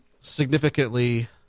significantly